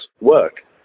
work